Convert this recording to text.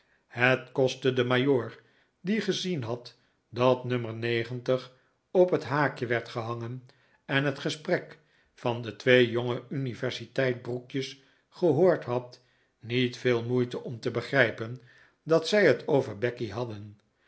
het kostte den majoor die gezien had dat no op het haakje werd gehangen en het gesprek van de twee jonge universiteitsbroekjes gehoord had niet veel moeite om te begrijpen dat zij het over becky hadden